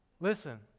Listen